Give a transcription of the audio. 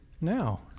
Now